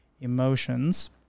emotions